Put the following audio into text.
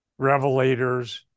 revelators